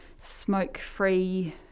smoke-free